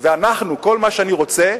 אנחנו, כל מה שאני רוצה,